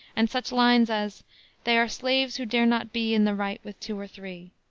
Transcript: and such lines as they are slaves who dare not be in the right with two or three,